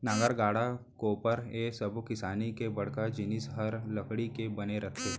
नांगर, गाड़ा, कोपर ए सब्बो किसानी के बड़का जिनिस हर लकड़ी के बने रथे